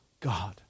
God